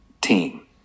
team